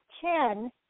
ten